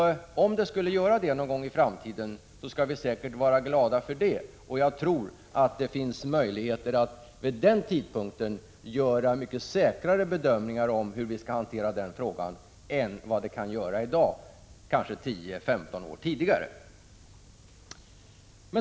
Skulle det göra det någon gång i framtiden skall vi vara glada för det, och jag Prot. 1985/86:132 tror att det finns möjligheter att vid den tidpunkten göra mycket säkrare 30 april 1986 bedömningar av hur vi då skall hantera frågan än vi kan göra idag, kanske Z——- 10—15 år i förväg.